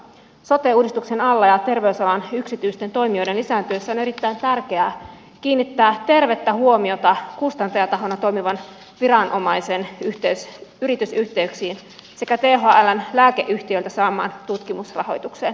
sote uudistuksen alla ja terveysalan yksityisten toimijoiden lisääntyessä on erittäin tärkeää kiinnittää tervettä huomiota kustantajatahona toimivan viranomaisen yritysyhteyksiin sekä thln lääkeyhtiöiltä saamaan tutkimusrahoitukseen